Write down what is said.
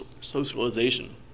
socialization